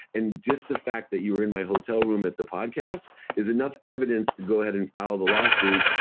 and just the fact that you were in my hotel room at the podcast is enough evidence to go ahead and file the lawsuit.